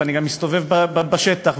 ואני גם מסתובב בשטח,